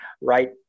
right